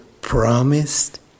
promised